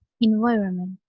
environment